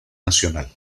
nacional